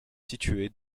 situées